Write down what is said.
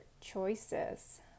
choices